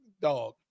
dog